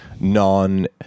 non